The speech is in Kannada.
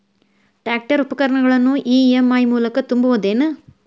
ಟ್ರ್ಯಾಕ್ಟರ್ ಉಪಕರಣಗಳನ್ನು ಇ.ಎಂ.ಐ ಮೂಲಕ ತುಂಬಬಹುದ ಏನ್?